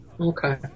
Okay